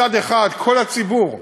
מצד אחד כל הציבור אומר: